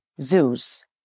Zeus